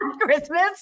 Christmas